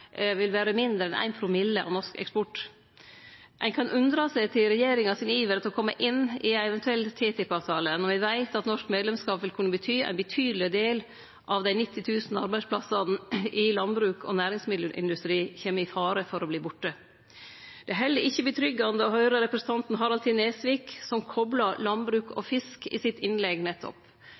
vil vere mindre enn 1 promille av norsk eksport. Ein kan undre seg over regjeringa sin iver etter å kome inn i ein eventuell TTIP-avtale når vi veit at norsk medlemskap vil kunne bety at ein betydeleg del av dei 90 000 arbeidsplassane i landbruk og næringsmiddelindustri kjem i fare for å verte borte. Det er heller ikkje tilfredsstillande å høyre representanten Harald T. Nesvik, som koplar landbruk og fisk i innlegget sitt no nettopp.